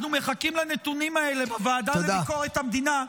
אנחנו מחכים לנתונים האלה בוועדה לביקורת המדינה,